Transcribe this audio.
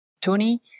Tony